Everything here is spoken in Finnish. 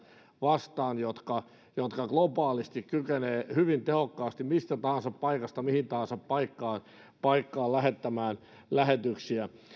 vastaan jotka jotka globaalisti kykenevät hyvin tehokkaasti mistä tahansa paikasta mihin tahansa paikkaan paikkaan lähettämään lähetyksiä